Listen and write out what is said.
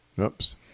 Oops